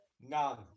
None